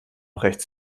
rechts